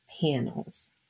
panels